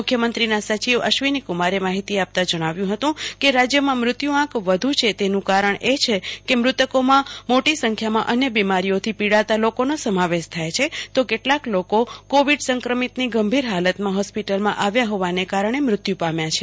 મુખ્યમંત્રીના સચિવ અશ્વીનીકુમારે માહિતી આપતા જણાવ્યું હતું કે રાજ્યમાં મૃત્યુઆંક વધુ છે તેનં કારણ ઓછો કે મૃતકોમાં મોટી સંખ્યામાં અન્ય બીમારીઓથી પીડાતા લોકોનો સમાવેશ થાય છે તો કેટલાક લોકો કોવિડ સંક્રમિતની ગંભીર હાલતમાં હોસ્પિટલમાં આવ્યા હોવાને કારણે મૃત્યું પામ્યા છે